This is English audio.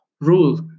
Rule